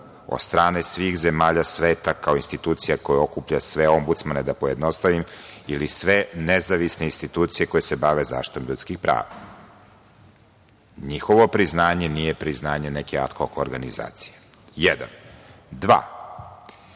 od strane svih zemalja sveta kao institucija koja okuplja sve Ombudsmane, da pojednostavim, ili sve nezavisne institucije koje se bave zaštitom ljudskih prava. Njihovo priznanje nije priznanje neke ad hok organizacije, pod